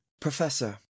Professor